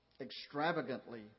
extravagantly